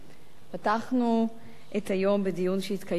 פתחנו את היום בדיון שהתקיים בוועדת